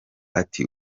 ati